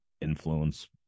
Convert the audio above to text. influence